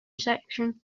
section